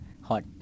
Hot